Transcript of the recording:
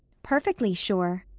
perfectly sure.